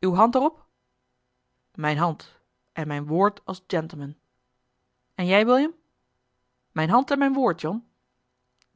uwe hand er op mijne hand en mijn woord als gentleman en jij william mijne hand en mijn woord john